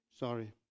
sorry